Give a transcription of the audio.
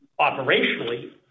operationally